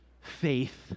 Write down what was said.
faith